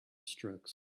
strokes